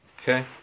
Okay